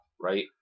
right